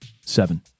Seven